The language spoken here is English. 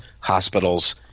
hospitals